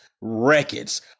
records